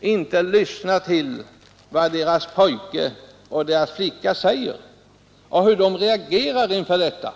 inte lyssnar till vad deras pojke och deras flicka säger och hur de reagerar inför detta.